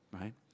right